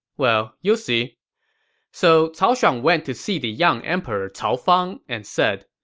well, you'll see so cao shuang went to see the young emperor cao fang and said,